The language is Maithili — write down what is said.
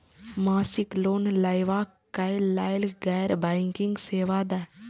मासिक लोन लैवा कै लैल गैर बैंकिंग सेवा द?